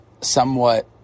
somewhat